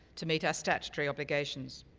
to meet our statutory obligations.